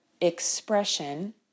expression